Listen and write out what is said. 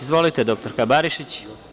Izvolite, dr Barišić.